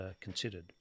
considered